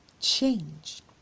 change